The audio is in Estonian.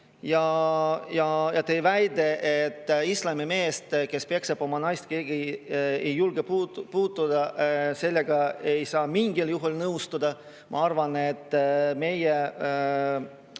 Ja teie väitega, et islami meest, kes peksab oma naist, keegi ei julge puutuda, ei saa mingil juhul nõustuda. Ma arvan, et meie